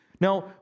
Now